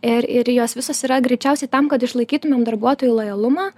ir ir jos visos yra greičiausiai tam kad išlaikytumėm darbuotojų lojalumą